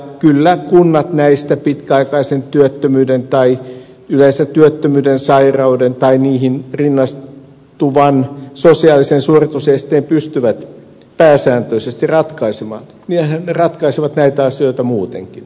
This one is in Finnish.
kyllä kunnat näistä pitkäaikaisen työttömyyden tai yleisen työttömyyden sairauden tai niihin rinnastuvan sosiaalisen suoritusesteen pystyvät pääsääntöisesti ratkaisemaan niinhän ne ratkaisevat näitä asioita muutenkin